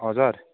हजुर